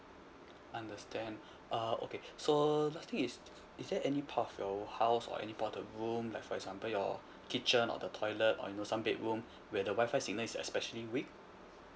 understand uh okay so the thing is is there any part of your house or any part of the room like for example your kitchen or the toilet or you know some bedroom where the WI-FI signal is especially weak